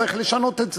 צריך לשנות את זה.